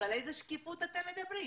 אז על איזה שקיפות אתם מדברים?